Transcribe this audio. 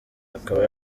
akaba